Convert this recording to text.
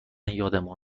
یادمون